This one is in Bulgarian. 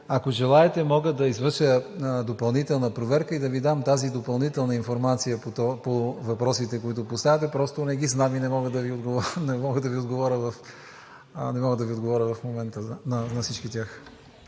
Ако желаете, мога да извърша допълнителна проверка и да Ви дам тази допълнителна информация по въпросите, които поставяте. Просто не ги знам и не мога да Ви отговоря в момента.